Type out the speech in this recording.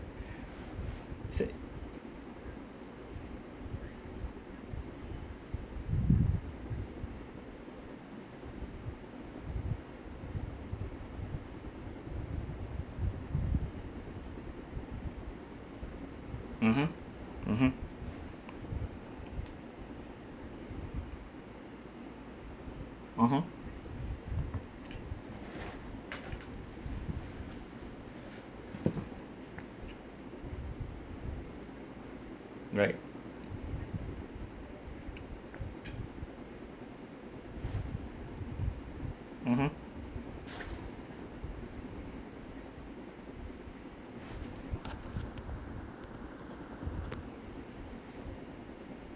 it's like mmhmm mmhmm (uh huh) right mmhmm